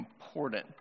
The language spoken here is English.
important